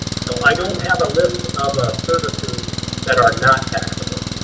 so i don't have a list of services that are not taxable.